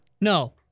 No